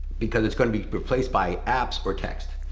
because it's gonna be replaced by apps or text.